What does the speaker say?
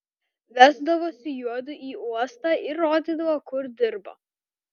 vesdavosi juodu į uostą ir rodydavo kur dirba